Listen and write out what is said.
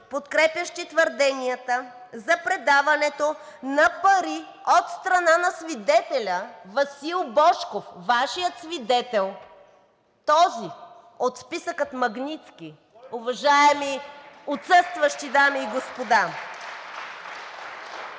подкрепящи твърденията за предаването на пари от страна на свидетеля Васил Божков – Вашият свидетел, този от списъка „Магнитски“, уважаеми отсъстващи дами и господа!